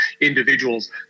individuals